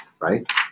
right